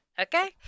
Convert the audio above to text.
okay